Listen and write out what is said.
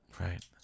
Right